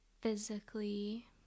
physically